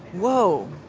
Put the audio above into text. whoa.